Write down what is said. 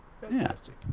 Fantastic